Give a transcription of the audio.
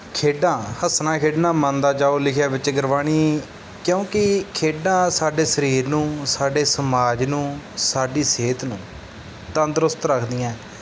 ਖੇਡਾਂ ਹੱਸਣਾ ਖੇਡਣਾ ਮਨ ਦਾ ਚਾਓ ਲਿਖਿਆ ਵਿੱਚ ਗੁਰਬਾਣੀ ਕਿਉਂਕਿ ਖੇਡਾਂ ਸਾਡੇ ਸਰੀਰ ਨੂੰ ਸਾਡੇ ਸਮਾਜ ਨੂੰ ਸਾਡੀ ਸਿਹਤ ਨੂੰ ਤੰਦਰੁਸਤ ਰੱਖਦੀਆਂ